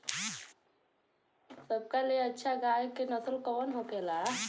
सबका ले अच्छा गाय के नस्ल कवन होखेला?